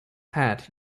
hat